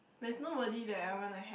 that's nobody there I want to have